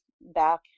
back